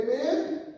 Amen